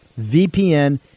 VPN